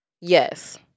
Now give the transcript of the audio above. Yes